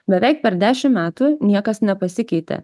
beveik per dešim metų niekas nepasikeitė